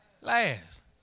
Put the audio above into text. last